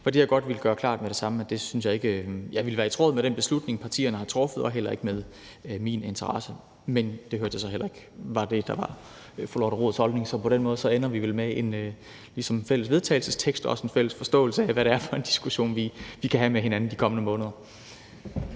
Og jeg vil godt gøre klart med det samme, at det synes jeg ikke vil være i tråd med den beslutning, partierne har truffet, og heller ikke med min interesse. Men det hørte jeg så heller ikke var det, der var fru Lotte Rods holdning, så på den måde ender vi vel med en fælles vedtagelsestekst og en fælles forståelse af, hvad det er for en diskussion, vi kan have med hinanden de kommende måneder.